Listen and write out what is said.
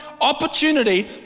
opportunity